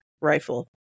rifle